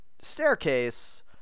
staircase